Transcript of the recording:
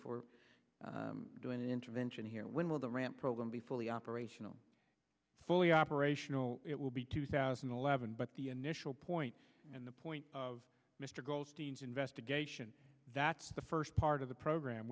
for doing an intervention here when will the ramp program be fully operational fully operational it will be two thousand and eleven but the initial point and the point of mr goldstein's investigation that's the first part of the program